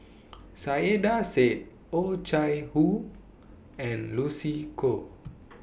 Saiedah Said Oh Chai Hoo and Lucy Koh